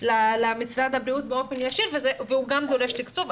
למשרד הבריאות באופן ישיר והוא גם דורש תקצוב.